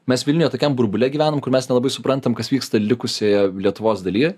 mes vilniuje tokiam burbule gyvenam kur mes nelabai suprantam kas vyksta likusioje lietuvos dalyje